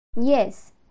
Yes